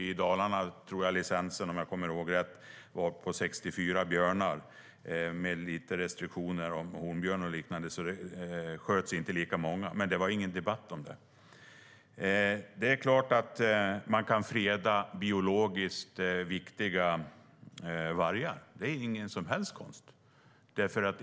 I Dalarna var licensen på 64 björnar, om jag kommer ihåg det rätt, med lite restriktioner gällande honbjörn och liknande. Det sköts alltså inte lika många, men det var ingen debatt om det. Det är klart att man kan freda biologiskt viktiga vargar. Det är ingen som helst konst.